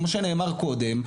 כמו שנאמר קודם,